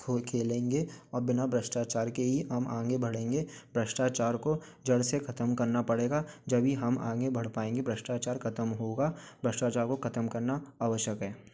खेलेंगे और बिना भ्रष्टाचार के ही हम आगे बढ़ेंगे भ्रष्टाचार को जड़ से खत्म करना पड़ेगा जभी हम आगे बढ़ पाएंगे भ्रष्टाचार खत्म होगा भ्रष्टाचार को खत्म करना आवश्यक है